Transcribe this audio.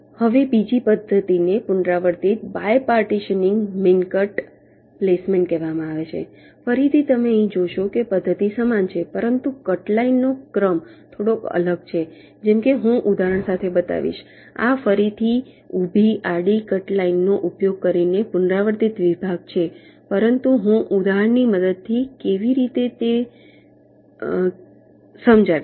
હવે બીજી પદ્ધતિને પુનરાવર્તિત બાયપાર્ટીશનીંગ મિનકટ પ્લેસમેન્ટ કહેવામાં આવે છે ફરીથી તમે અહીં જોશો કે પદ્ધતિ સમાન છે પરંતુ કટ લાઇનનો ક્રમ થોડો અલગ છે જેમ કે હું ઉદાહરણ સાથે બતાવીશ આ ફરીથી ઊભી આડી કટ લાઇનનો ઉપયોગ કરીને પુનરાવર્તિત વિભાગ છે પરંતુ હું ઉદાહરણની મદદથી કેવી રીતે તે સમજાવીશ